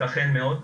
יתכן מאוד,